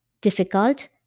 Difficult